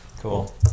Cool